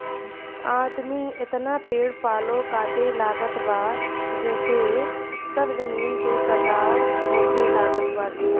आदमी एतना पेड़ पालो काटे लागल बा जेसे सब जमीन के कटाव होखे लागल बाटे